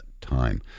time